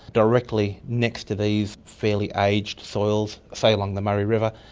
directly next to these fairly aged soils, say along the murray river,